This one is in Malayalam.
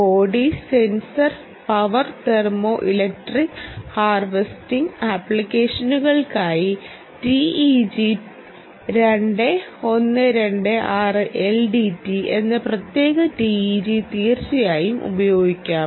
body sensor power thermoelectric harvesting ആപ്ലിക്കേഷനുകൾക്കായി TEG2 126LDT എന്ന പ്രത്യേക TEG തീർച്ചയായും ഉപയോഗിക്കാം